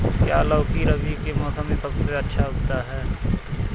क्या लौकी रबी के मौसम में सबसे अच्छा उगता है?